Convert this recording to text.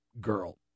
girl